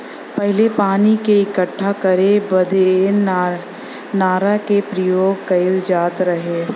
पहिले पानी क इक्कठा करे बदे नारा के परियोग कईल जात रहे